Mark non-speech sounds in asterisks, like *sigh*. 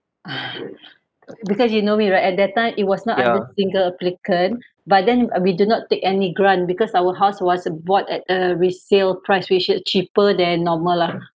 *laughs* because you know me right at that time it was not under single applicant but then uh we do not take any grant because our house was bought at a resale price which is cheaper than normal lah